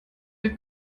der